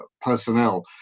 personnel